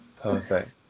perfect